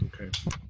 Okay